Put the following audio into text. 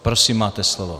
Prosím, máte slovo.